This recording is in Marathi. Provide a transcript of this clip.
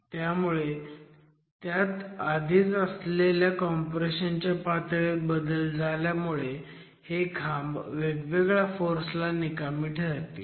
त्यामुळे त्यात आधीच असलेल्या कॉम्प्रेशन च्या पातळीत बदल झाल्यामुळे हे खांब वेगवेगळ्या फोर्स ला निकामी ठरतील